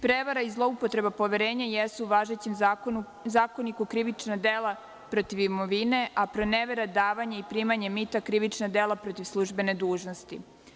Prevara i zloupotreba poverenja jesu u važećem zakoniku krivična dela protiv imovine, a pronevera, davanje i primanje mita, krivična dela protiv službene dužnosti.